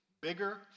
bigger